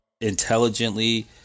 intelligently